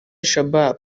shabaab